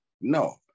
No